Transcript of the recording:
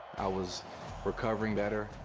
i was recovering better.